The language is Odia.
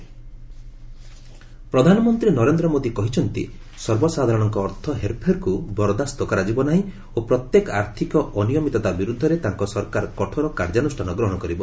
ପିଏମ୍ ଇଟି ସମିଟ୍ ପ୍ରଧାନମନ୍ତ୍ରୀ ନରେନ୍ଦ୍ର ମୋଦି କହିଛନ୍ତି ସର୍ବସାଧାରଣଙ୍କ ଅର୍ଥ ହେରଫେରକୁ ବରଦାସ୍ତ କରାଯିବ ନାହିଁ ଓ ପ୍ରତ୍ୟେକ ଆର୍ଥିକ ଅନିୟମିତତା ବିରୁଦ୍ଧରେ ତାଙ୍କ ସରକାର କଠୋର କାର୍ଯ୍ୟାନୁଷ୍ଠାନ ଗ୍ରହଣ କରିବ